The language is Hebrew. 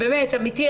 אמיתי,